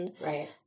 Right